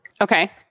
Okay